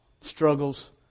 struggles